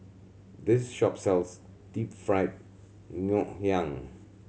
this shop sells Deep Fried Ngoh Hiang